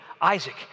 Isaac